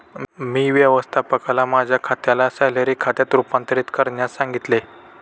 मी व्यवस्थापकाला माझ्या खात्याला सॅलरी खात्यात रूपांतरित करण्यास सांगितले